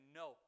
no